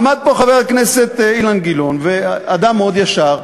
עמד פה חבר הכנסת אילן גילאון, אדם מאוד ישר,